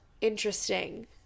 interesting